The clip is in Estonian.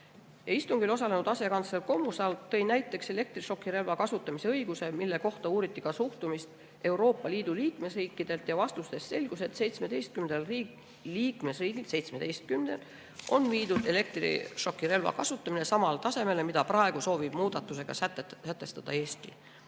Istungil osalenud asekantsler Kommusaar tõi näiteks elektrišokirelva kasutamise õiguse, mille kohta uuriti ka suhtumist Euroopa Liidu liikmesriikidelt. Vastustest selgus, et liikmesriikidest seitsmeteistkümnel on viidud elektrišokirelva kasutamine samale tasemele, mida praegu soovib muudatusega sätestada Eesti.